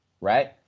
right